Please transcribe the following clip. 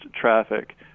traffic